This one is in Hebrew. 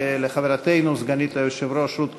ולחברתנו סגנית היושב-ראש רות קלדרון,